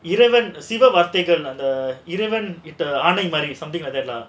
eleven civil வார்த்தைகள்:vaarthaigal the eleven விட்ட ஆணை மாதிரி:vitta aanai maadhiri something like that lah